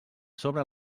sobre